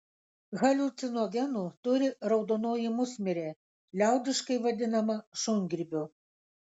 haliucinogenų turi raudonoji musmirė liaudiškai vadinama šungrybiu